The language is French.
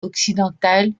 occidentales